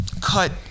cut